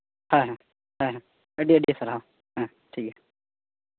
ᱦᱮᱸ ᱦᱮᱸ ᱟᱹᱰᱤ ᱟᱹᱰᱤ ᱥᱟᱨᱦᱟᱣ ᱦᱮᱸ ᱴᱷᱤᱠ ᱜᱮᱭᱟ